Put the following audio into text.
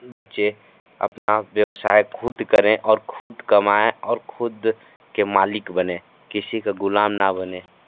बच्चे अपना व्यवसाय खुद करें और खुद कमाएं और खुद के मालिक बने किसी के गुलाम न बनें